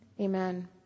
Amen